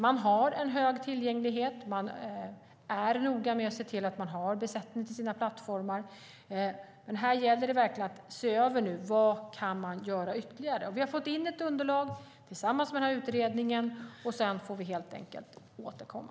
Man har en hög tillgänglighet, man är noga med att se till att ha besättning till sina plattformar, men här gäller det verkligen att se över vad som kan göras ytterligare. Vi har fått in ett underlag tillsammans med utredningen, och sedan får vi helt enkelt återkomma.